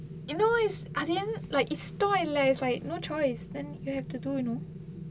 you know is அது என்:athu en like இஷ்டம் இல்ல:ishtam illa is like no choice then you have to do you know